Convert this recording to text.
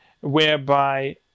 whereby